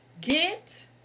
Get